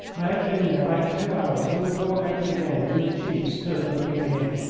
i had been there about two hours when the door opened again, and the chief stood looking in.